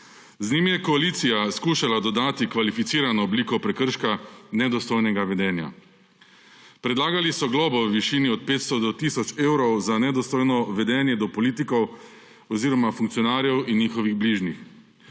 Z njim je koalicija skušala dodati kvalificirano obliko prekrška nedostojnega vedenja. Predlagali so globo v višini od 500 do tisoč evrov za nedostojno vedenje do politikov oziroma funkcionarjev in njihovih bližnjih,